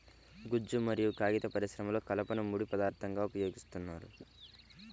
గుజ్జు మరియు కాగిత పరిశ్రమలో కలపను ముడి పదార్థంగా ఉపయోగిస్తున్నారు